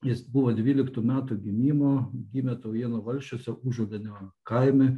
jis buvo dvyliktų metų gimimo gimė taujėnų valsčiuose užulėnio kaime